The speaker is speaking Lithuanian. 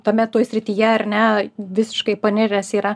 tuomet toj srityje ar ne visiškai paniręs yra